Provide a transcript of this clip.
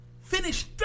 finished